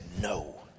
no